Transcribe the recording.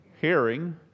hearing